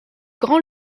grand